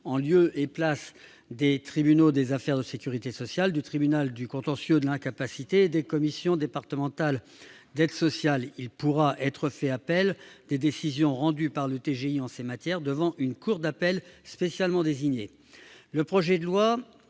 en lieu et place des tribunaux des affaires de sécurité sociale, des tribunaux du contentieux de l'incapacité et des commissions départementales d'aide sociale. Il pourra être fait appel des décisions rendues par le TGI en ces matières devant une cour d'appel spécialement désignée. Le projet de loi